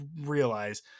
realize